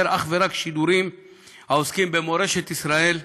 אך ורק שידורים העוסקים במורשת ישראל,